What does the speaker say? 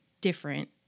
different